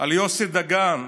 על יוסי דגן,